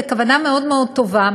בכוונה מאוד מאוד טובה,